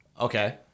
Okay